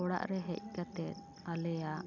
ᱚᱲᱟᱜ ᱨᱮ ᱦᱮᱡ ᱠᱟᱛᱮ ᱟᱞᱮᱭᱟᱜ